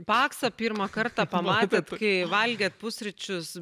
paksą pirmą kartą pamatėt kai valgėt pusryčius